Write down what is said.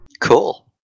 Cool